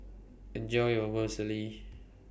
Enjoy your